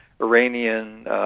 Iranian